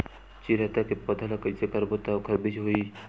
चिरैता के पौधा ल कइसे करबो त ओखर बीज होई?